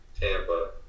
Tampa